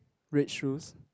red shoes